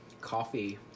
coffee